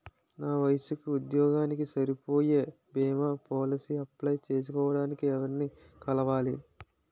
నా వయసుకి, ఉద్యోగానికి సరిపోయే భీమా పోలసీ అప్లయ్ చేయటానికి ఎవరిని కలవాలి?